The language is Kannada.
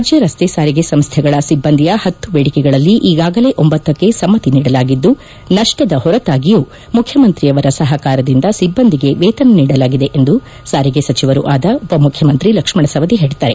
ರಾಜ್ಯ ರಸ್ತೆ ಸಾರಿಗೆ ಸಂಸ್ಥೆಗಳ ಸಿಬ್ಬಂದಿಯ ಪತ್ತು ಬೇಡಿಕೆಗಳಲ್ಲಿ ಈಗಾಗಲೇ ಒಂಬತ್ತಕ್ಕೆ ಸಮ್ಮತಿ ನೀಡಲಾಗಿದ್ದು ನಷ್ಟದ ಹೊರತಾಗಿಯೂ ಮುಖ್ಯಮಂತ್ರಿಯವರ ಸಹಕಾರದಿಂದ ಸಿಬ್ಬಂದಿಗೆ ವೇತನ ನೀಡಲಾಗಿದೆ ಎಂದು ಸಾರಿಗೆ ಸಚಿವರೂ ಆದ ಉಪಮುಖ್ಕಮಂತ್ರಿ ಲಕ್ಷ್ಮಣ ಸವದಿ ಹೇಳಿದ್ದಾರೆ